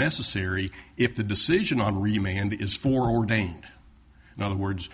necessary if the decision on remained is for ordained in other words